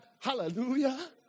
Hallelujah